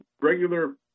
regular